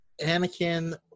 Anakin